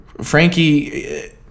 Frankie